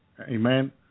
Amen